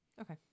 Okay